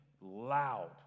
loud